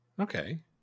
Okay